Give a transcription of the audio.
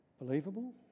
believable